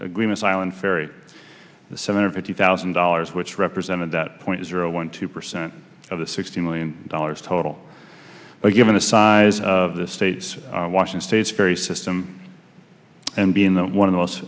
agreements island ferry seven fifty thousand dollars which represented that point zero one two percent of the sixty million dollars total but given the size of this state's washing state's ferry system and being the one of th